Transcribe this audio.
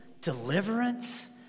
deliverance